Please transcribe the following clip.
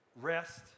rest